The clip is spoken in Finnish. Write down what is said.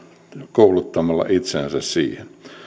kouluttamalla itseänsä siihen